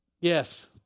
Yes